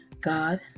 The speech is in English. God